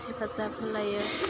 हेफाजाब होलायो